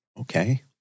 okay